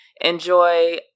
enjoy